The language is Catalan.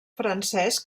francès